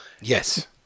yes